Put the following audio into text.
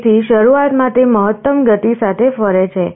તેથી શરૂઆતમાં તે મહત્તમ ગતિ સાથે ફરે છે